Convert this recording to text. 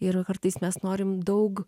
ir kartais mes norim daug